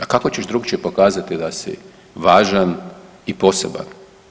A kako ćeš drukčije pokazati da si važan i poseban.